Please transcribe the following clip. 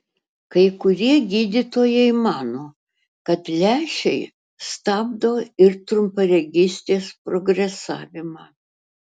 kai kurie gydytojai mano kad lęšiai stabdo ir trumparegystės progresavimą